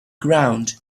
ground